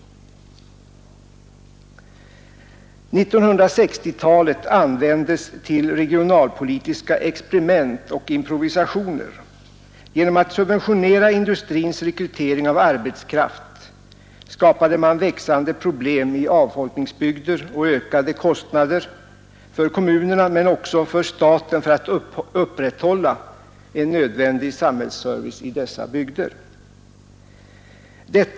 1960-talet användes till regionalpolitiska experiment och improvisationer. Genom att subventionera industrins rekrytering av arbetskraft skapade man växande problem i avfolkningsbygder och ökade kostnader för kommunerna men också för staten för att upprätthålla en nödvändig samhällsservice i dessa bygder.